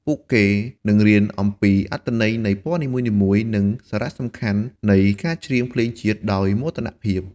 ពួកគេនឹងរៀនអំពីអត្ថន័យនៃពណ៌នីមួយៗ និងសារៈសំខាន់នៃការច្រៀងភ្លេងជាតិដោយមោទនភាព។